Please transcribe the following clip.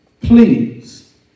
Please